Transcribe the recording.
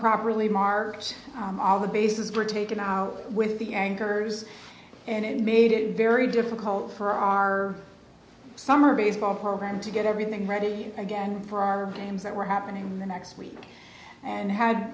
properly marked all the bases were taken out with the anchors and it made it very difficult for our summer baseball program to get everything ready again for our games that were happening in the next week and had